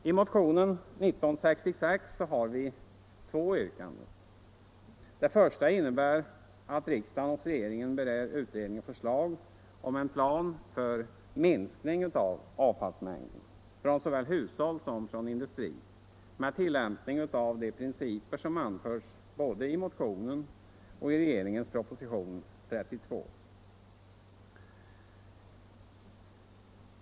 I motionen 1966 har vi två yrkanden. Det första innebär att riksdagen hos regeringen begär utredning och förslag om en plan för minskning av avfallsmängden från såväl hushåll som från industri med tillämpning av de principer som anförts både i motionen och i regeringens proposition 1975:32.